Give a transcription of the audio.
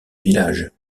village